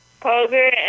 Poser